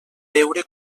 veure